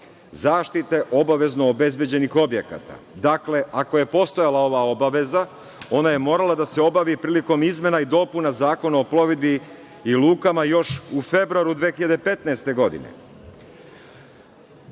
zaštite obavezno obezbeđenih objekata. Dakle, ako je postojala ova obaveza, ona je morala da se obavi prilikom izmena i dopuna Zakona o plovidbi i lukama još u februaru 2015. godine.